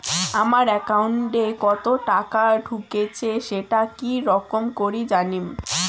আমার একাউন্টে কতো টাকা ঢুকেছে সেটা কি রকম করি জানিম?